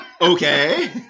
Okay